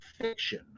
fiction